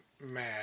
mad